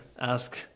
ask